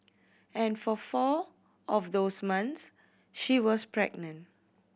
and for four of those months she was pregnant